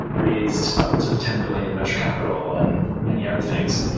raised upwards of ten billion in venture capital and many other things.